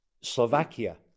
Slovakia